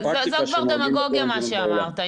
זו כבר דמגוגיה מה שאמרת,